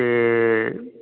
ਅਤੇ